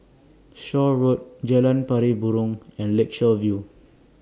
Shaw Road Jalan Pari Burong and Lakeshore View